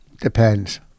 Depends